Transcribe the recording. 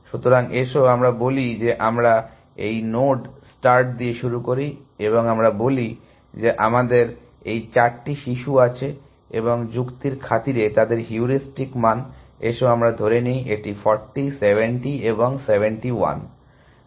সুতরাং এসো আমরা বলি যে আমরা এই নোড স্টার্ট দিয়ে শুরু করি এবং আমরা বলি যে আমাদের এই চারটি শিশু আছে এবং যুক্তির খাতিরে তাদের হিউরিস্টিক মান এসো আমরা ধরে নেই এটি 40 70 এবং 71